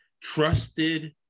trusted